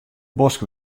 bosk